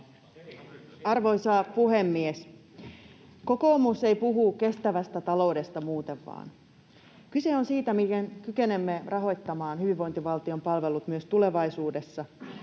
Arvoisa puhemies! Kokoomus ei puhu kestävästä taloudesta muuten vain. Kyse on siitä, miten kykenemme rahoittamaan hyvinvointivaltion palvelut myös tulevaisuudessa,